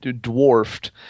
dwarfed